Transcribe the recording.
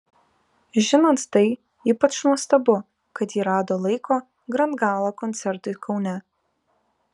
žinant tai ypač nuostabu kad ji rado laiko grand gala koncertui kaune